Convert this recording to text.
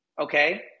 okay